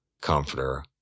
comforter